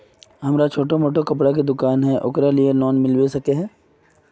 हमरा छोटो मोटा कपड़ा के दुकान है ओकरा लिए लोन मिलबे सके है?